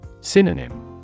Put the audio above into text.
Synonym